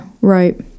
right